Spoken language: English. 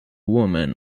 woman